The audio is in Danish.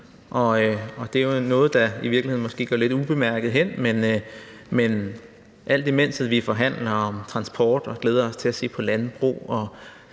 Det er måske i virkeligheden noget, der går lidt ubemærket hen, men alt imens vi forhandler om transport og glæder os til at se på landbrug,